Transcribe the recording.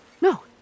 No